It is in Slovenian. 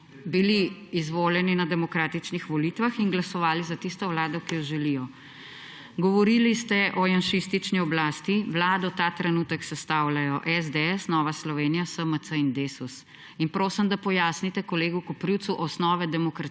bili izvoljeni na demokratičnih volitvah in glasovali so za tisto vlado, ki jo želijo. Govorili ste o janšistični oblasti. Vlado ta trenutek sestavljajo SDS, Nova Slovenija, SMC in Desus. In prosim, da pojasnite kolegu Koprivcu osnove demokracije.